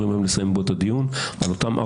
חברים, אתם מתנהלים בבריונות אין קץ, כל הזמן.